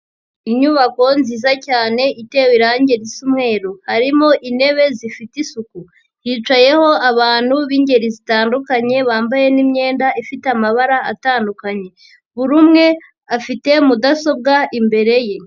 Inyubako nziza cyane itewe irangi risa umweru, harimo intebe zifite isuku hicayeho abantu bingeri zitandukanye bambaye n' imyenda ifite amabara atandukanye buri umwe afite mudasobwa imbere ye.